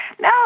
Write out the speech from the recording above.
No